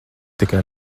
tikai